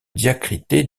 diacritée